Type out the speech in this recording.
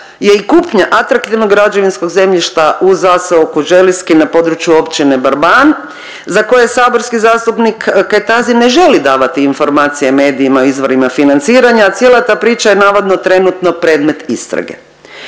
je i kupnja atraktivnog građevinskog zemljišta u zaseoku Želiski na području Općine Barban za koje saborski zastupnik Kajtazi ne želi davati informacije medijima o izvorima financiranja, a cijela ta priča je navodno trenutno predmet istrage.